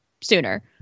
sooner